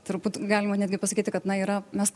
turbūt galima netgi pasakyti kad na yra mes